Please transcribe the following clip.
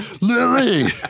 Lily